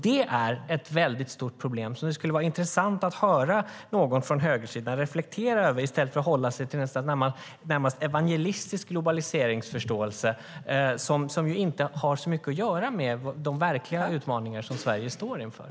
Detta är ett stort problem som det skulle vara intressant att höra någon från högersidan reflektera över i stället för att de håller sig till denna närmast evangelistiska globaliseringsförståelse som inte har så mycket att göra med de verkliga utmaningar som Sverige står inför.